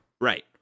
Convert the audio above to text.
Right